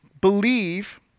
believe